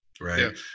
right